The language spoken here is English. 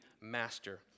master